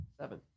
seven